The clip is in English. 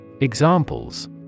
Examples